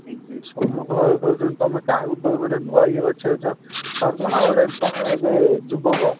ସମସ୍ତଙ୍କ ଆଡ଼େ ଖାଉଛନ୍ତି ତମେ କାହାକୁ ଦେବ ଗୋଟେ ନୂଆ ଏଇ ବାଛିବାକୁ ଚାଁହୁଛ ନା ଗୋଟେ ତମେ ଏବେ ଯୁବକ